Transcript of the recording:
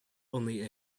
only